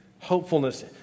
hopefulness